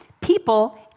people